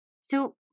So-